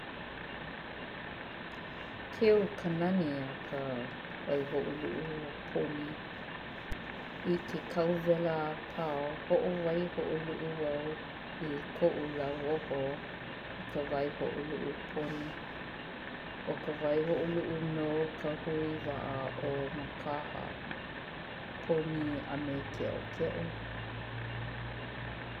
Keu a ka nani ka waihoʻoluʻu o poni. I ke kauwela apau, hoʻowaihoʻoluʻu wau i koʻu lauoho i ka waihoʻoluʻu poni. ʻO ka waihoʻoluʻu no ka hui waʻa o Mākaha, poni a me keʻokeʻo.